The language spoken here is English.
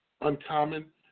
uncommon